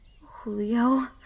Julio